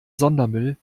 sondermüll